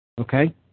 Okay